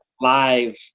live